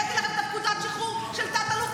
הבאתי לכם את פקודת השחרור של תת-אלוף